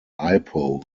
ipoh